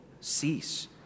cease